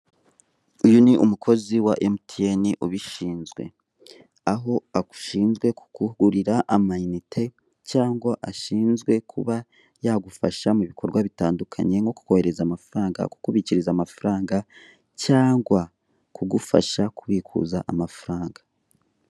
Uyu ni umukozi wa emutiyeni ubishinzwe, aho ashinzwe kukugurira amayinite, cyangwa ashinzwe kuba yagufasha mu bikorwa bitandukanye nko kukoherereza amafaranga, kukubikiriza amafaranga cyangwa kugufasha kubikuza amafaranga.